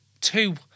two